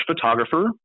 photographer